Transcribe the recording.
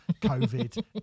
COVID